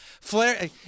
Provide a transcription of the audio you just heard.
Flair